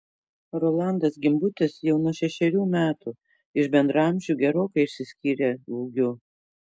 rolandas gimbutis jau nuo šešerių metų iš bendraamžių gerokai išsiskyrė ūgiu